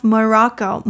Morocco